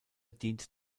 dient